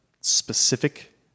specific